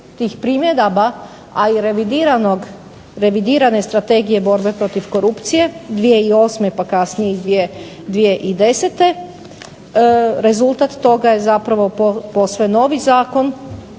a i revidirane Strategije borbe protiv korupcije 2008. pa kasnije 2010. rezultat toga je posve novi zakon